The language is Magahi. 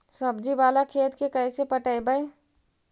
सब्जी बाला खेत के कैसे पटइबै?